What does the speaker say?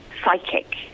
Psychic